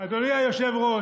אדוני היושב-ראש,